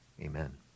amen